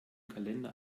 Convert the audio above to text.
kalender